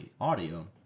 audio